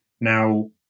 Now